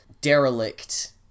derelict